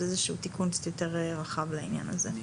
איזשהו תיקון קצת יותר רחב לעניין הזה.